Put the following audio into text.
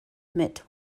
admit